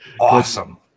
Awesome